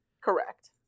Correct